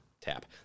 tap